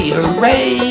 Hooray